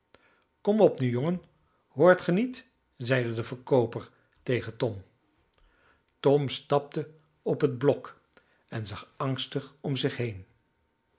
kom op nu jongen hoort ge niet zeide de verkooper tegen tom tom stapte op het blok en zag angstig om zich heen